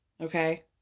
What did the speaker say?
Okay